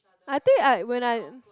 I think I when I